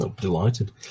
Delighted